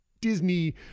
Disney